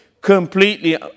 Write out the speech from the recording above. Completely